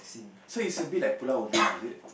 so is a bit like Pulau-Ubin is it